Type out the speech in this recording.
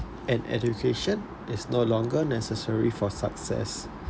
and education is no longer necessary for success